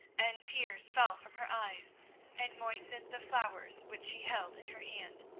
and tears fell from her eyes and moistened the flowers which she held in her hand.